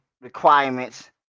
requirements